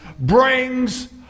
brings